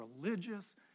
religious